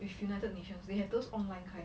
with united nations they have those online kind